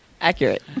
Accurate